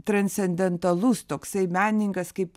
transcendentalus toksai menininkas kaip